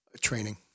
Training